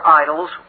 idols